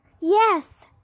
yes